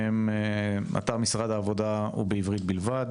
אתר משרד העבודה, הוא בעברית בלבד,